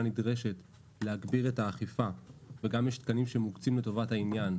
נדרשת להגביר את האכיפה וגם יש תקנים שמוקצים לטובת העניין,